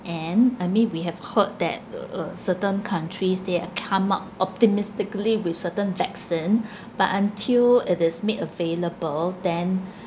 end I mean we have heard that uh uh certain countries they have come up optimistically with certain vaccine but until it is made available then